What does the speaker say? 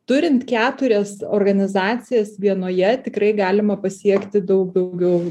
turint keturias organizacijas vienoje tikrai galima pasiekti daug daugiau